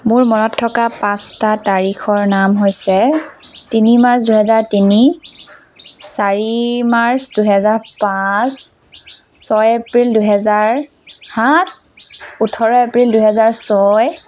মোৰ মনত থকা পাঁচটা তাৰিখৰ নাম হৈছে তিনি মাৰ্চ দুহেজাৰ তিনি চাৰি মাৰ্চ দুহেজাৰ পাঁচ ছয় এপ্ৰিল দুহেজাৰ সাত ওঠৰ এপ্ৰিল দুহেজাৰ ছয়